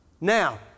Now